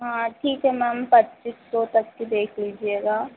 हाँ ठीक है मैम पच्चीस सौ तक का देख लीजिएगा